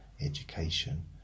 education